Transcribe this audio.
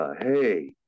hey